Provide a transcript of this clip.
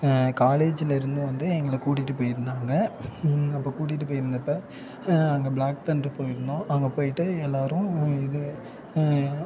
காலேஜில் இருந்து வந்து எங்களை கூட்டிட்டு போய்ருந்தாங்க அப்போ கூட்டிட்டு போய்ருந்தப்ப அங்கே ப்ளாக் தண்டர் போய்ருந்தோம் அங்கே போய்ட்டு எல்லோரும் இது